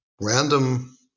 random